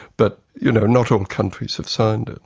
but, you know, not all countries have signed it.